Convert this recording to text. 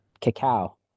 cacao